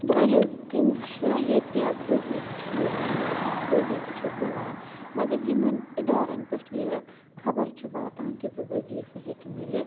واریاہ تِم چھِ ییٚتہِ وظیٖفہٕ چھِ یِوان ؤظیٖفہٕ چھُ مِلان مگر یِمَن اِدارَن پٮ۪ٹھ یہِ خَبَر چھِ واتان کہِ زِ ؤظیٖفہٕ ہیٚکہِ مِلِتھ